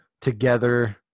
together